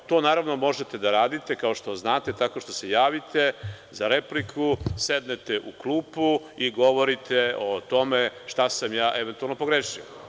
To, naravno, možete da radite, kao što znate, tako što se javite za repliku, sednete u klupu i govorite o tome šta sam ja eventualno pogrešio.